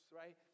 right